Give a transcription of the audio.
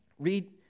Read